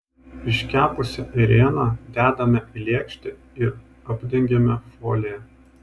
iškepusią ėrieną dedame į lėkštę ir apdengiame folija